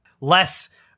Less